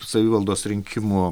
savivaldos rinkimų